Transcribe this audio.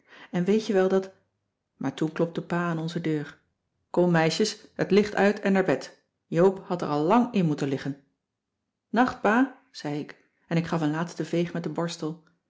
en weet je wel dat maar toen klopte pa aan onze deur kom meisjes het licht uit en naar bed joop had er al lang in moeten liggen nacht pa zei ik en ik gaf een laatste veeg met den borstel